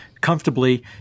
comfortably